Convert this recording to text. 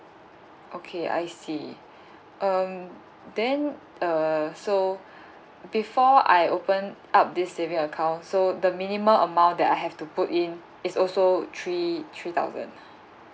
okay I see um then uh so before I opened up this saving account so the minimum amount that I have to put in is also three three thousand